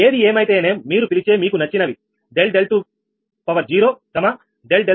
ఏది ఏమైతేనేం మీరు పిలిచే మీకు వచ్చినవి ∆20 ∆30